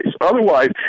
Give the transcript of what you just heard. Otherwise